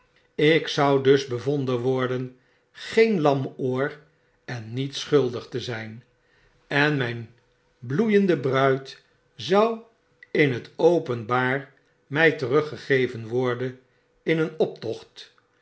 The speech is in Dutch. ik zou dus bevonden worden geen lamoor en niet schuldig te zyn en myn bloeiende bruid zou in het openbaar mij teruggegeven worden in een optocht